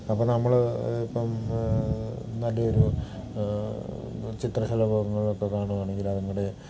അപ്പോൾ നമ്മൾ ഇപ്പം നല്ലൊരു ചിത്രശലഭങ്ങളൊക്കെ കാണുകയാണെങ്കിൽ അതിങ്ങളുടെ